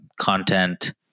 content